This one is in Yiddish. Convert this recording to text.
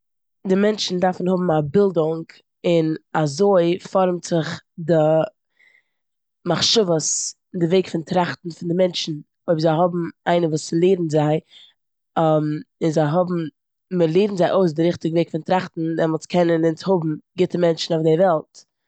די מענטשן דארפן האבן א בילדונג און אזוי פארעמט זיך די מחשבות, די וועג פון טראכטן, פון די מענטשן. אויב זיי האבן איינער וואס לערנט זיי און זיי האבן- מ'לערנט זיי אויס די ריכטיגע וועג פון טראכטן דעמאלטס קענען אונז האבן גוטע מענטשן אויף די וועלט.